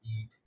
eat